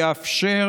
יאפשר,